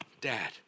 dad